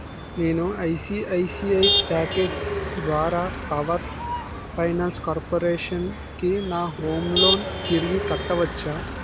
నేను ICICI packets ద్వారా power finance corporation కి నా హోమ్ లోన్ తిరిగి కట్టవచ్చా